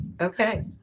Okay